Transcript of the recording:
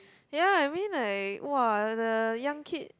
ya I mean like !wah! the young kid